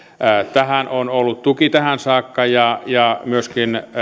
tähän on ollut tuki tähän saakka ja ja myöskin